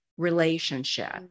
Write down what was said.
relationship